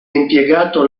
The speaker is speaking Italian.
impiegato